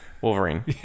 Wolverine